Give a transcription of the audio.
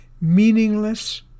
meaningless